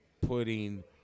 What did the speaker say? putting